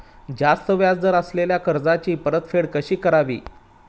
जास्त व्याज दर असलेल्या कर्जाची परतफेड कशी करावी?